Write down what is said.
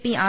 P R